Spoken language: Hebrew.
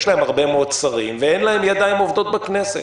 יש להם הרבה מאוד שרים ואין להם ידיים עובדות בכנסת.